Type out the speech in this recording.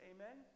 Amen